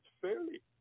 fairly